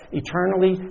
eternally